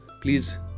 please